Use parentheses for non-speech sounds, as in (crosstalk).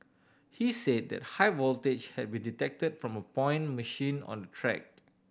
he said that high voltage had been detected from a point machine on track (unintelligible)